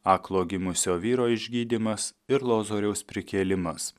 aklo gimusio vyro išgydymas ir lozoriaus prikėlimas